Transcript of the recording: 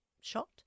shot